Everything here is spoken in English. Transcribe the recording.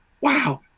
wow